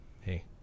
Hey